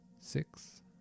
six